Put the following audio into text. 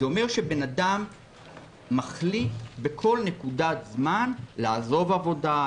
אדם מחליט בכל נקודת זמן לעזוב עבודה,